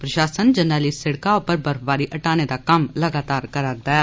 प्रशासन जरनैली सिड़का उप्पर बर्फबारी हटाने दा कम्म लगातार करारदा ऐ